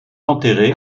enterré